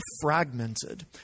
fragmented